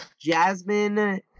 Jasmine